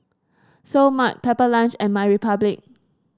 Seoul Mart Pepper Lunch and MyRepublic